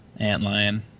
Antlion